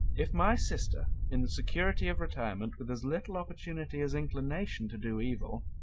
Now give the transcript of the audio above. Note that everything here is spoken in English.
if my sister, in the security of retirement, with as little opportunity as inclination to do evil,